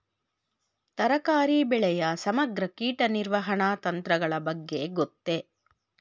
ತರಕಾರಿ ಬೆಳೆಯ ಸಮಗ್ರ ಕೀಟ ನಿರ್ವಹಣಾ ತಂತ್ರಗಳ ಬಗ್ಗೆ ಗೊತ್ತೇ?